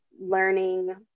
learning